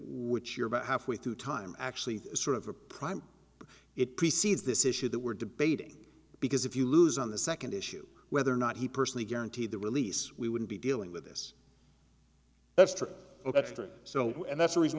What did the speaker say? which you're about halfway through time actually sort of a prime it precedes this issue that we're debating because if you lose on the second issue whether or not he personally guarantee the release we wouldn't be dealing with this that's true and that's the reason